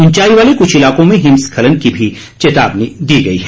ऊंचाई वाले कुछ इलाकों में हिमस्खलन की भी चेतावनी दी गई है